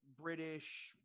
British